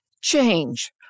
change